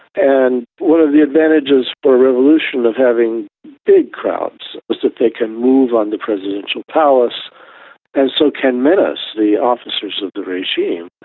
and one of the advantages for a revolution of having big crowds is that they can move on the presidential palace and so can menace the officers of the regime.